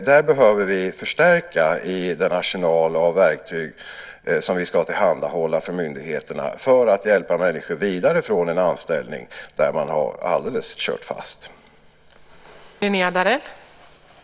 Här behöver vi förstärka den arsenal av verktyg som vi ska tillhandahålla för myndigheterna för att hjälpa människor vidare från en anställning där man har kört fast alldeles.